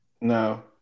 No